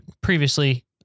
previously